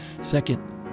second